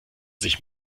sich